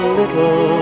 little